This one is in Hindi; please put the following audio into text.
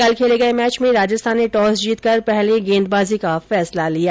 कल खेले गये मैच में राजस्थान ने टॉस जीतकर पहले गेंदबाजी का फैसला लिया